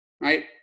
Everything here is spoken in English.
right